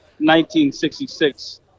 1966